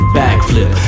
backflip